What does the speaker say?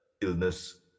illness